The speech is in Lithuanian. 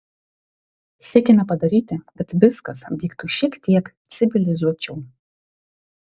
siekiame padaryti kad viskas vyktų šiek tiek civilizuočiau